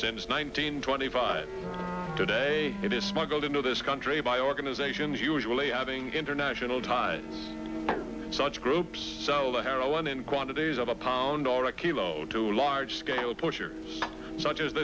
since nineteen twenty five today it is smuggled into this country by organizations usually having international time such groups sell the heroin in quantities of a pound or a kilo to large scale pushers such as